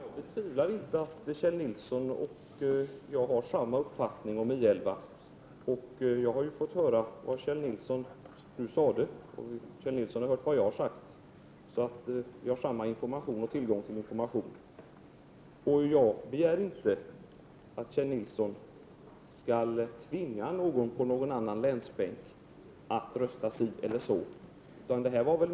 Herr talman! Jag betvivlar inte att Kjell Nilsson och jag har samma uppfattning om I 11. Jag har nu fått höra vad Kjell Nilsson sade, och Kjell Nilsson har hört vad jag har sagt, så vi har tillgång till samma information. Jag begär inte att Kjell Nilsson skall tvinga någon på någon annan länsbänk att rösta si eller så.